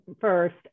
first